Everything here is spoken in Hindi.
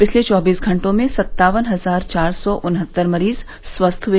पिछले चौबीस घंटों में सत्तावन हजार चार सौ उन्हत्तर मरीज स्वस्थ हुए